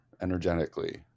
energetically